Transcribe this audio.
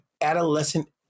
adolescent